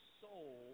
soul